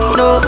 no